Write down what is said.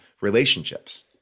relationships